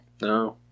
No